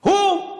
הוא?